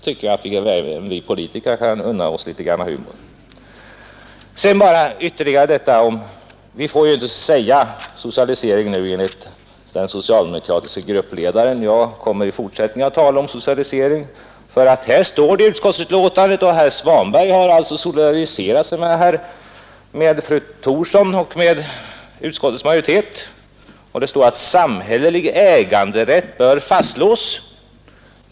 Även vi politiker kan väl unna oss litet grand humor. Vi får ju inte säga socialisering nu, enligt den socialdemokratiske gruppledaren. Men jag kommer också i fortsättningen att tala om socialisering. Herr Svanberg har solidariserat sig med fru Thorsson och med utskottsmajoriteten, och det står ju i motionen att samhällelig äganderätt bör fastslås.